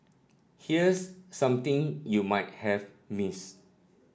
here's something you might have missed